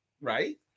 right